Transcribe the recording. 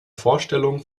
vorstellung